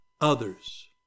Others